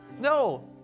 No